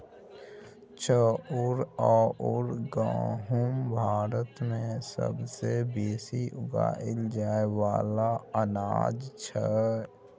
चाउर अउर गहुँम भारत मे सबसे बेसी उगाएल जाए वाला अनाज छै